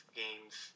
games